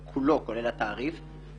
כולו, כולל התעריף.